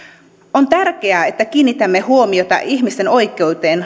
on tärkeää että kiinnitämme huomiota ihmisten oikeuteen